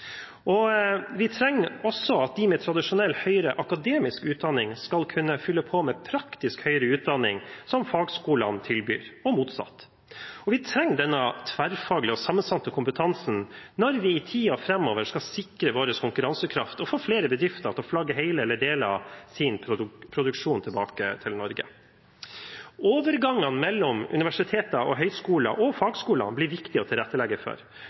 Vi trenger også at de med tradisjonell høyere akademisk utdanning skal kunne fylle på med praktisk høyere utdanning som fagskolene tilbyr – og motsatt. Vi trenger denne tverrfaglige og sammensatte kompetansen når vi i tiden framover skal sikre vår konkurransekraft og få flere bedrifter til å flagge hele eller deler av sin produksjon tilbake til Norge. Overgangene mellom universiteter, høyskoler og fagskoler blir det viktig å tilrettelegge for.